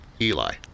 Eli